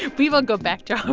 ah we will go back to um